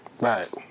Right